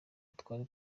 twari